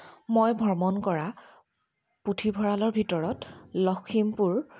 মই ভ্ৰমণ কৰা পুথিভঁৰালৰ ভিতৰত লখিমপুৰ